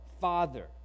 Father